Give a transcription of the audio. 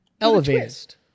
elevated